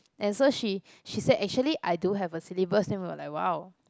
and so she she said actually I do have a syllabus then we were like !wow!